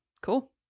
cool